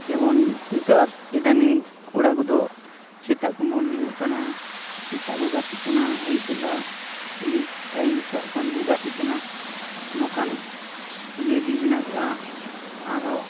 ᱡᱮᱢᱚᱱ ᱱᱤᱛᱚᱜ ᱤᱫᱟᱱᱤᱝ ᱠᱚᱲᱟ ᱠᱚᱫᱚ ᱥᱮᱛᱟᱜ ᱠᱚ ᱢᱚᱨᱱᱤᱝᱼᱚᱜ ᱠᱟᱱᱟ ᱥᱮᱛᱟᱜ ᱠᱚ ᱜᱟᱛᱮᱜ ᱠᱟᱱᱟ ᱟᱹᱭᱩᱵ ᱵᱮᱞᱟ ᱮᱱᱤ ᱴᱟᱭᱤᱢ ᱥᱟᱵ ᱠᱟᱜᱼᱢᱮ ᱠᱚ ᱜᱟᱛᱮᱜ ᱠᱟᱱᱟ ᱱᱚᱝᱠᱟᱱ ᱤᱭᱟᱹ ᱜᱮ ᱢᱮᱱᱟᱜᱚᱜᱼᱟ ᱟᱨᱦᱚᱸ